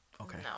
okay